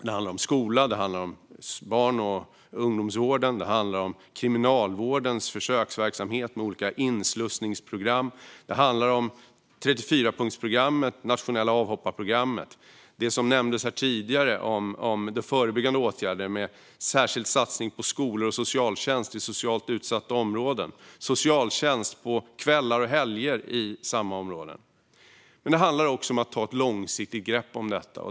Det handlar om skolan, barn och ungdomsvården, Kriminalvårdens försöksverksamhet med olika inslussningsprogram, 34-punktsprogrammet och det nationella avhopparprogrammet. Det handlar om det som nämndes tidigare: förebyggande åtgärder med en särskild satsning på skolor och socialtjänst i socialt utsatta områden och på socialtjänst på kvällar och helger i samma områden. Men det handlar också om att ta ett långsiktigt grepp om detta.